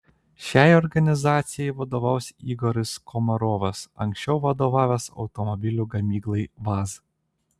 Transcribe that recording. šiai organizacijai vadovaus igoris komarovas anksčiau vadovavęs automobilių gamyklai vaz